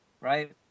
right